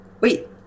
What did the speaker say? Wait